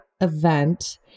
event